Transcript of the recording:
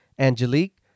Angelique